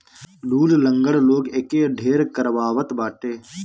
लूल, लंगड़ लोग एके ढेर करवावत बाटे